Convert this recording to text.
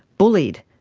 bullied,